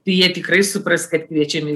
jie tikrai supras kad kviečiami